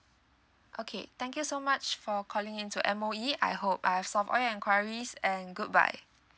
okay thank you so much for calling in to M_O_E I hope I've solved all your enquiries and goodbye